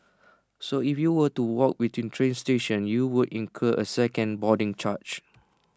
so if you were to walk between train stations you would incur A second boarding charge